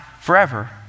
forever